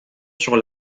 sur